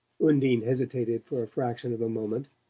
undine hesitated for a fraction of a moment.